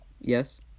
yes